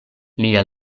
lia